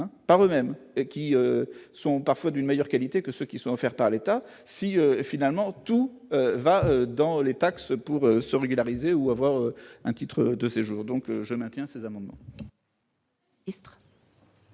par eux-mêmes et qui sont parfois d'une meilleure qualité que ceux qui sont offerts par l'État si finalement tout va dans les taxes pour se régulariser ou avoir un titre de séjour, donc je maintiens ces amendements.